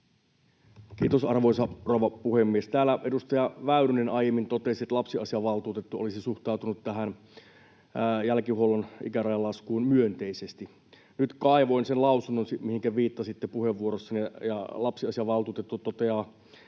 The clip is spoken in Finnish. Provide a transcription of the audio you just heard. Kiitos, arvoisa rouva puhemies! Täällä edustaja Väyrynen aiemmin totesi, että lapsiasiavaltuutettu olisi suhtautunut tähän jälkihuollon ikärajan laskuun myönteisesti. Nyt kaivoin sen lausunnon, mihinkä viittasitte puheenvuorossanne, ja lapsiasiavaltuutettu toteaa